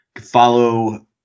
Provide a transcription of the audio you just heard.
Follow